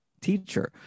teacher